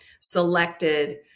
selected